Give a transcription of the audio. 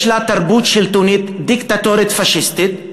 לה תרבות שלטונית דיקטטורית פאשיסטית,